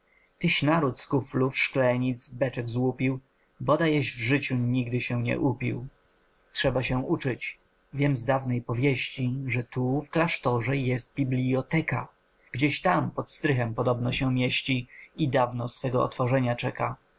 tyś naród z kuflów szklanic beczek złupił bodajeś w życiu nigdy się nie upił trzeba się uczyć wiem z dawnej powieści że tu w klasztorze jest biblioteka gdzieś tam pod strychem podobno się mieści i dawno swego otworzenia czeka